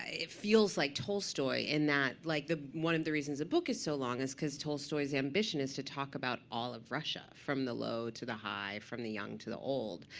ah feels like tolstoy, in that like one of the reasons the book is so long is because tolstoy's ambition is to talk about all of russia, from the low to the high, from the young to the old.